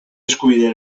eskubide